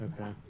Okay